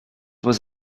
was